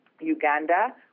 Uganda